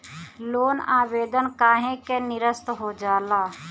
Loan आवेदन काहे नीरस्त हो जाला?